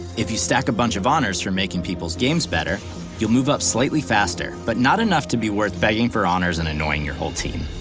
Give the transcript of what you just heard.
if you stack a bunch of honors for making people's games better you'll move up slightly faster, but not enough to be worth begging for honors and annoying your whole team.